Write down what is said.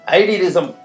idealism